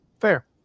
fair